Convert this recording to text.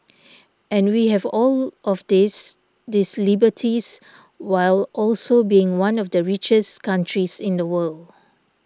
and we have all of these these liberties while also being one of the richest countries in the world